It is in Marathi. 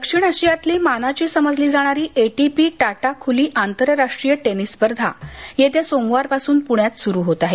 दक्षिण आशियातली मानाची समजली जाणारी एटीपी टाटा खुली आंतरराष्ट्रीय टेनिस स्पर्धा येत्या सोमवारपासुन पुण्यात सुरू होत आहे